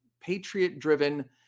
Patriot-driven